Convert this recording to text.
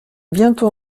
bientôt